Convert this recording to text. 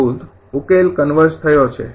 ૧૪ ઉકેલ કન્વર્ઝ થયો છે